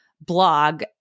blog